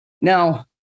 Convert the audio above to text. Now